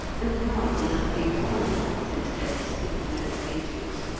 and how can that be done, since they receive no wages?